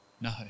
No